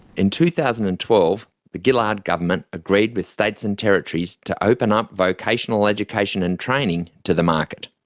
in two thousand and twelve the gillard government agreed with states and territories to open up vocational education and training to the market.